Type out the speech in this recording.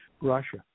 Russia